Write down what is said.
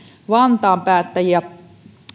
vantaan päättäjiä